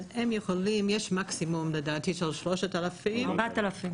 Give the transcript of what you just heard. יש מקסימום של 4,000